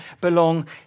belong